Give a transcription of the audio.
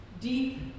deep